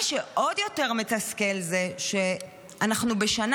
מה שעוד יותר מתסכל זה שאנחנו בשנה